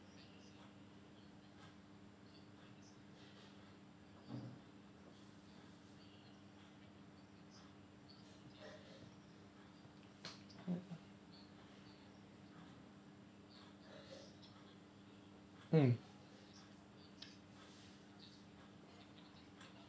mm